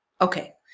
Okay